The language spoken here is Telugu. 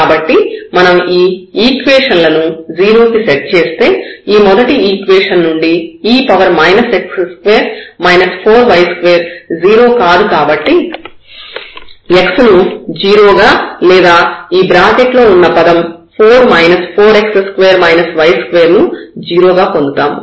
కాబట్టి మనం ఈ ఈక్వేషన్ లను 0 కి సెట్ చేస్తే ఈ మొదటి ఈక్వేషన్ నుండి e x2 4y2 0 కాదు కాబట్టి x ను 0 గా లేదా ఈ బ్రాకెట్లో ఉన్న పదం 4 4x2 y2 ను 0 గా పొందుతాము